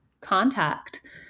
contact